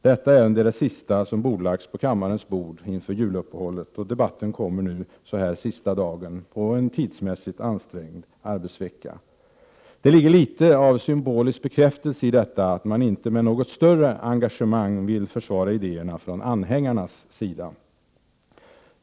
Detta ärende är det sista som lagts på kammarens bord inför juluppehållet, och debatten kommer nu sista dagen på en tidsmässigt ansträngd arbetsvecka. Det ligger litet av symbolisk bekräftelse i detta att anhängarna inte med något större engagemang vill försvara idéerna.